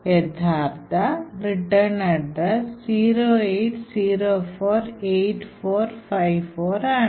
യഥാർത്ഥ return address 08048454 ആണ്